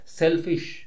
selfish